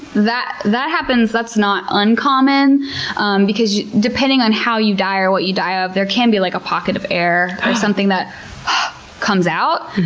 that that happens. that's not uncommon um because depending on how you die or what you die of, there can be like a pocket of air or something that comes out.